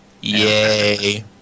Yay